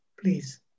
please